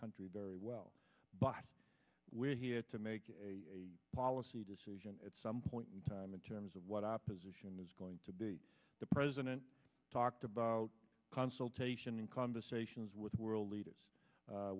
country very well but we're here to make a policy decision at some point in time in terms of what opposition is going to be the president talked about consultation in conversations with world leaders